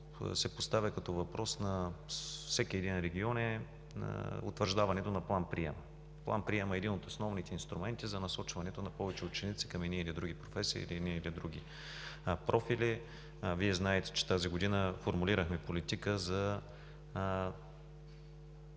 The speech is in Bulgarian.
се поставя като въпрос на всеки един регион, е утвърждаването на план-прием. План-приемът е един от основните инструменти за насочването на повече ученици към едни или други професии, едни или други профили. Вие знаете, че тази година формулирахме политика за